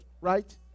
right